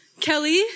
Kelly